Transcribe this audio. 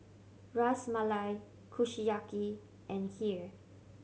Ras Malai Kushiyaki and Kheer